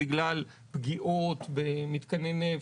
בגלל פגיעות במתקני נפט,